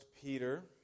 Peter